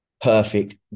perfect